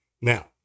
Now